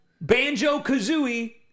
Banjo-Kazooie